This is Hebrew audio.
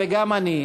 וגם אני.